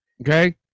okay